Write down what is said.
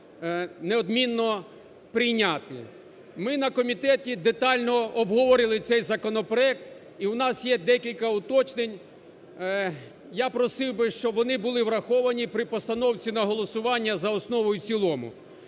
неодмінно прийняти. Ми на комітеті детально обговорили цей законопроект. І у нас є декілька уточнень. Я просив би, щоб вони були враховані при постановці на голосування за основу і в цілому.